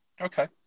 okay